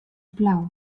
plau